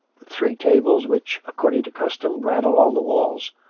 the three tables, which, according to custom, ran along the walls,